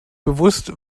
bewusst